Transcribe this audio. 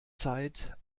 zeit